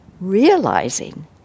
realizing